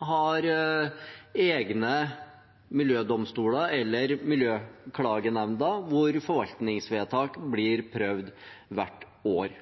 har egne miljødomstoler eller miljøklagenemnder hvor forvaltningsvedtak blir prøvd hvert år.